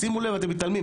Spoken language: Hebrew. שימו לב כי אתם מתעלמים,